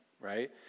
right